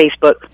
Facebook